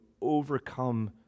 overcome